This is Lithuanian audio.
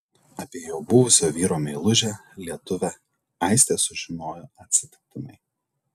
apie jau buvusio vyro meilužę lietuvę aistė sužinojo atsitiktinai